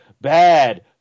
bad